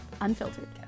unfiltered